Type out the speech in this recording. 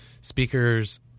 speakers